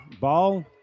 Ball